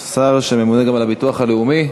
שממונה גם על הביטוח הלאומי.